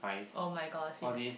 [oh]-my-god yes